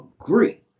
agree